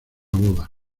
boda